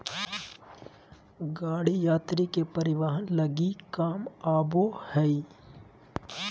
गाड़ी यात्री के परिवहन लगी काम आबो हइ